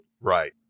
Right